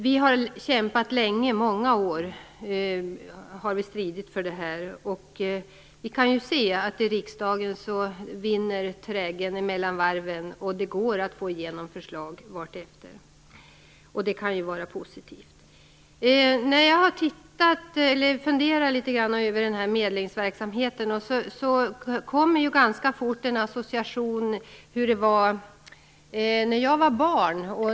Vi har stridit för detta i många år, och nu kan vi se att trägen vinner i riksdagen mellan varven. Det går att få igenom förslag varefter, och det kan ju vara positivt. När jag har funderat litet grand över medlingsverksamheten kom det ganska fort en association till hur det var när jag var barn.